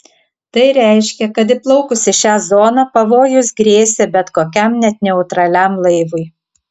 tai reiškė kad įplaukus į šią zoną pavojus grėsė bet kokiam net neutraliam laivui